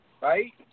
right